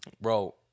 bro